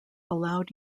allowed